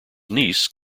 niece